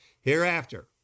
hereafter